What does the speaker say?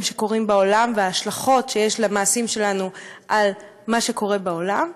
שקורים בעולם וההשלכות שיש למעשים שלנו על מה שקורה בעולם,